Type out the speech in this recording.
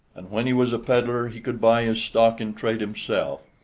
and when he was a peddler he could buy his stock-in-trade himself,